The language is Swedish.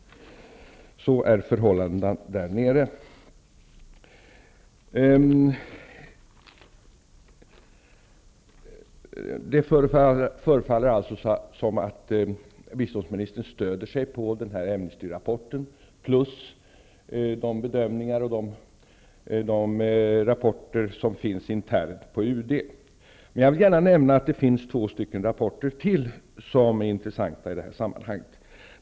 Så är förhållandena där nere. Det förefaller som att biståndsministern stöder sig på Amnesty rapporten samt de bedömningar och rapporter som finns internt på UD. Jag vill gärna nämna att det finns ytterligare två rapporter som är intressanta i detta sammanhang.